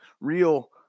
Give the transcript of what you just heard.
real